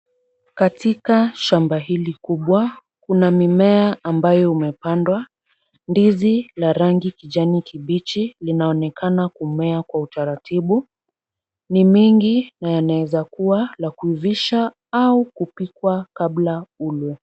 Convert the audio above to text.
Katika shamba hili kubwa, kuna mimea ambayo umepandwa. Ndizi la rangi kijani kibichi linaonekana kumea kwa utaratibu. Ni mingi na yanaweza kuwa la kuivisha au kupikwa kabla ulwe.